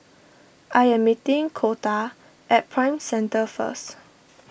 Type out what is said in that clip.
I am meeting Coletta at Prime Centre first